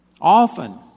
often